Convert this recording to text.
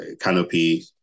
canopy